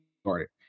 started